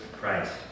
Christ